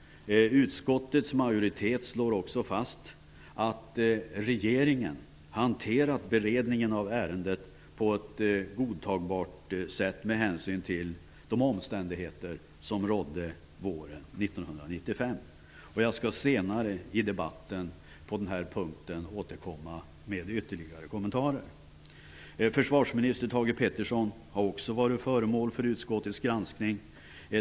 Utskottets majoritet slår också fast att regeringen hanterat beredningen av ärendet på ett godtagbart sätt med hänsyn till de omständigheter som rådde våren 1995. Jag skall senare i debatten på denna punkt återkomma med ytterligare kommentarer. Försvarsminister Thage G Peterson har också varit föremål för utskottets granskning.